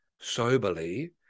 soberly